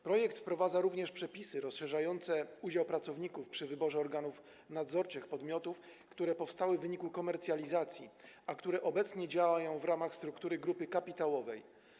Projekt wprowadza również przepisy rozszerzające udział pracowników w wyborze organów nadzorczych podmiotów, które powstały w wyniku komercjalizacji, a które obecnie działają w ramach struktury grupy kapitałowej.